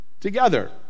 together